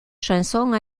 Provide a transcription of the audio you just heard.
chanson